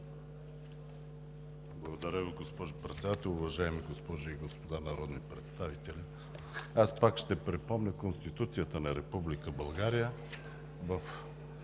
Благодаря Ви, госпожо Председател. Уважаеми госпожи и господа народни представители! Аз пак ще припомня Конституцията на Република България.